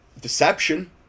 deception